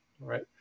Right